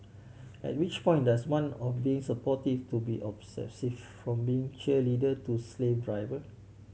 at which point does one or being supportive to be obsessive from being cheerleader to slave driver